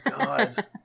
God